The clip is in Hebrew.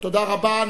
תודה רבה.